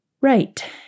Right